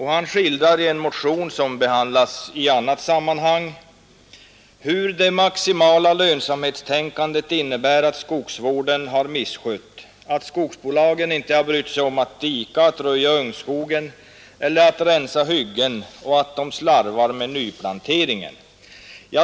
Han skildrar i en motion, som behandlas i annat sammanhang, hur det maximala lönsamhetstänkandet inneburit att skogsvården har misskötts. Skogsbolagen har inte brytt sig om att dika och röja i ungskogen eller att rensa hyggen, och de slarvar också med nyplanteringen.